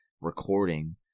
recording